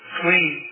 clean